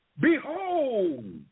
Behold